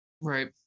Right